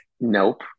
nope